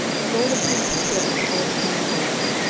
but all the princes said unto all the congregation,